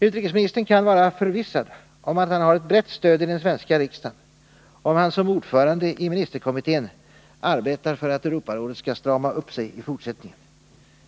Utrikesministern kan vara förvissad om att han har ett brett stöd i den svenska riksdagen, om han som ordförande i ministerkommittén arbetar för att Europarådet i fortsättningen stramar upp sig.